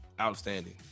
outstanding